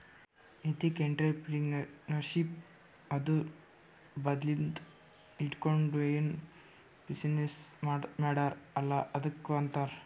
ethnic entrepreneurship ಅಂದುರ್ ಮದ್ಲಿಂದ್ ಹಿಡ್ಕೊಂಡ್ ಏನ್ ಬಿಸಿನ್ನೆಸ್ ಮಾಡ್ಯಾರ್ ಅಲ್ಲ ಅದ್ದುಕ್ ಆಂತಾರ್